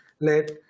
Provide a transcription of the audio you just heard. let